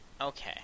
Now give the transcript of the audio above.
Okay